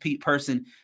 person